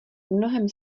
mnohem